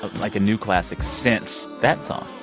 like, a new classic since that song,